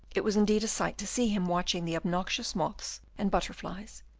it was indeed a sight to see him watching the obnoxious moths and butterflies,